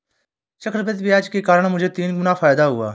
चक्रवृद्धि ब्याज के कारण मुझे तीन गुना फायदा हुआ